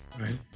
Right